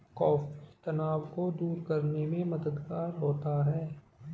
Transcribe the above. coffee तनाव को दूर करने में मददगार होता है